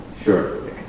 Sure